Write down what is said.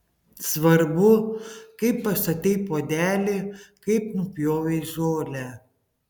svarbu kaip pastatei puodelį kaip nupjovei žolę